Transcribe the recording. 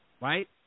right